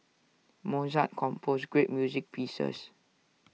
Mozart composed great music pieces